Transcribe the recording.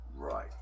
right